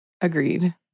Agreed